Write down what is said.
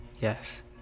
Yes